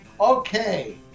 okay